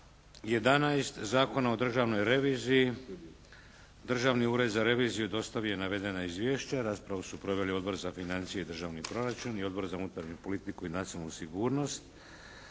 11. Zakona o Državnoj reviziji Državni ured za reviziju dostavio je navedena izvješća. Raspravu su proveli Odbor za financije i državni proračun i Odbor za unutarnju politiku i nacionalnu sigurnost.